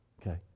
Okay